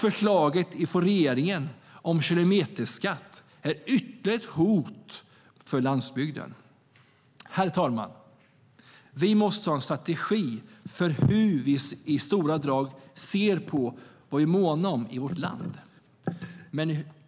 Förslaget från regeringen om kilometerskatt är ytterligare ett hot för landsbygden. Herr talman! Vi måste ha en strategi för hur vi i stora drag ser på det vi är måna om i vårt land.